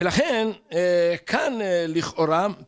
ולכן, כאן לכאורה